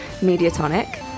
Mediatonic